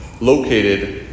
located